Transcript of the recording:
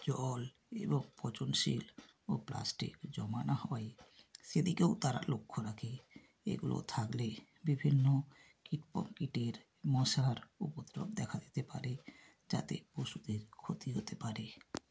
জল এবং পচনশীল ও প্লাস্টিকও জমা না হয় সে দিকেও তারা লক্ষ্য রাখে এগুলো থাকলে বিভিন্ন কীট প্রকিটির মশার উপদ্রব দেখা দিতে পারে যাতে পশুদের ক্ষতি হতে পারে